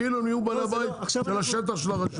כאילו הם נהיו בעל הבית על השטח של הרשות.